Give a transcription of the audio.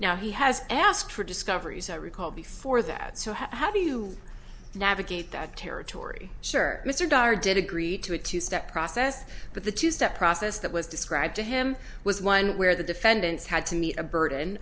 now he has asked for discoveries i recall before that so how do you navigate that territory sure mr dyer did agree to a two step process but the two step process that was described to him was one where the defendants had to meet a burden